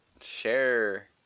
share